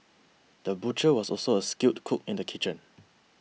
the butcher was also a skilled cook in the kitchen